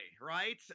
right